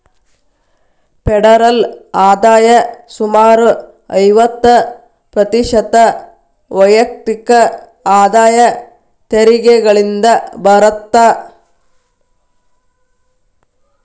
federal ಆದಾಯ ಸುಮಾರು ಐವತ್ತ ಪ್ರತಿಶತ ವೈಯಕ್ತಿಕ ಆದಾಯ ತೆರಿಗೆಗಳಿಂದ ಬರತ್ತ